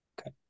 Okay